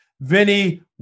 Vinny